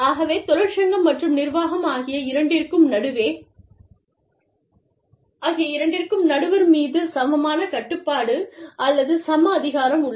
ஆகவே தொழிற்சங்கம் மற்றும் நிர்வாகம் ஆகிய இரண்டிற்கும் நடுவர் மீது சமமான கட்டுப்பாடு அல்லது சம அதிகாரம் உள்ளது